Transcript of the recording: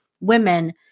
women